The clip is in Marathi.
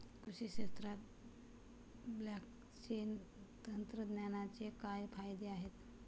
कृषी क्षेत्रात ब्लॉकचेन तंत्रज्ञानाचे काय फायदे आहेत?